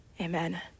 amen